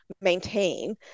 maintain